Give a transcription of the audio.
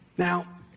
Now